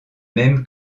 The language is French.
même